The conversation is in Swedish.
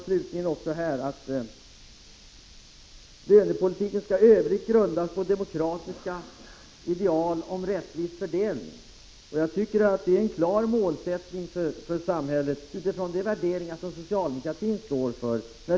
Slutligen sägs det ”att lönepolitiken i övrigt grundas på demokratiska ideal om rättvis fördelning”. Jag tycker att det är en klar målsättning för samhället utifrån de värderingar som socialdemokratin står för.